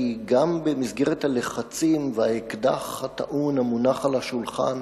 כי גם במסגרת הלחצים והאקדח הטעון המונח על השולחן